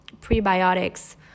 prebiotics